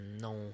No